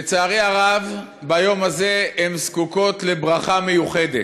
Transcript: לצערי הרב, ביום הזה הן זקוקות לברכה מיוחדת.